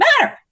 matter